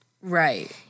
Right